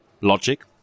logic